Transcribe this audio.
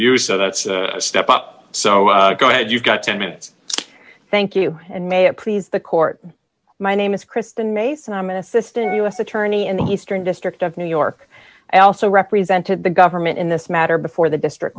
you so that's a step up so go ahead you've got ten minutes thank you and may it please the court my name is kristen mason i am an assistant u s attorney in the eastern district of new york i also represented the government in this matter before the district